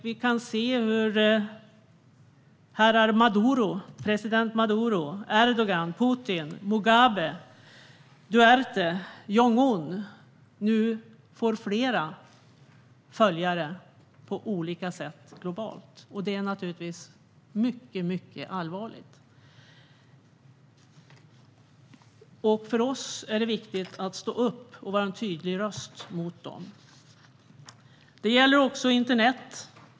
Vi kan se hur herrar Maduro, Erdogan, Putin, Mugabe, Duterte och Kim Jong Un nu på olika sätt får fler följare globalt. Det är naturligtvis mycket allvarligt. För oss är det viktigt att stå upp och vara en tydlig röst mot dem. Det gäller också internet.